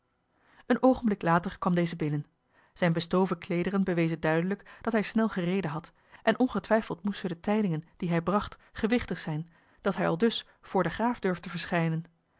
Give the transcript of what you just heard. een oogenblik later kwam deze binnen zijne bestoven kleederen bewezen duidelijk dat hij snel gereden had en ongetwijfeld moesten de tijdingen die hij bracht gewichtig zijn dat hij aldus voor den graaf durfde verschijnen